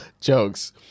Jokes